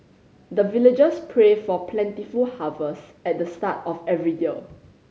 the villagers pray for plentiful harvest at the start of every year